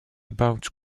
about